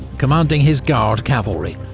commanding his guard cavalry.